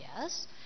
yes